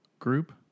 Group